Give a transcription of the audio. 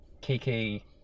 Kiki